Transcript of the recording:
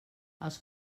els